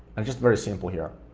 and just very simple here.